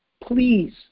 Please